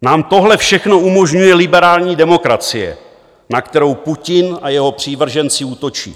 Nám tohle všechno umožňuje liberální demokracie, na kterou Putin a jeho přívrženci útočí.